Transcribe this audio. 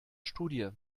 studie